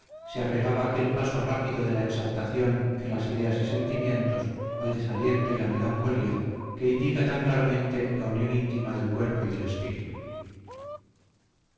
se agregaba aquel paso rápido de la exaltación en las ideas y sentimientos al desaliento y la melancolía que indica tan claramente la unión íntima del cuerpo y del espíritu